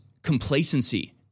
complacency